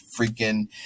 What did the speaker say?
freaking